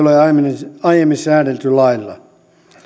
ole aiemmin säädelty lailla